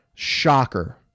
shocker